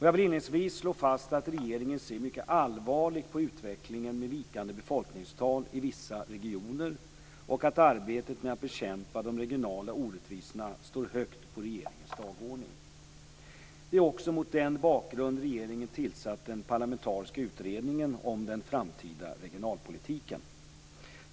Jag vill inledningsvis slå fast att regeringen ser mycket allvarligt på utvecklingen med vikande befolkningstal i vissa regioner och att arbetet med att bekämpa de regionala orättvisorna står högt på regeringens dagordning. Det är också mot denna bakgrund regeringen tillsatt den parlamentariska utredningen om den framtida regionalpolitiken.